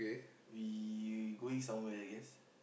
we going somewhere I guess